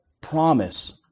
promise